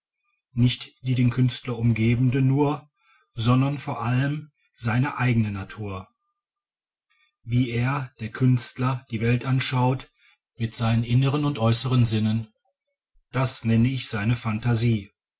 nicht die den künstler umgebende nur sondern vor allem seine eigene natur wie er der künstler die welt anschaut mit seinen inneren und äußeren sinnen das nenne ich seine phantasie